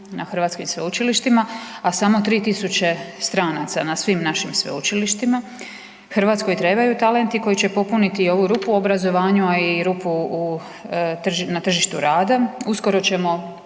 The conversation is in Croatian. na hrvatskim sveučilištima, a samo 3 tisuće stranaca na svim našim sveučilištima. Hrvatskoj trebaju talenti koji će popuniti ovu rupu u obrazovanju, ali i rupu na tržištu rada. Uskoro ćemo